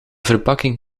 verpakking